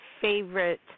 favorite